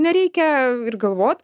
nereikia ir galvot